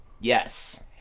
Yes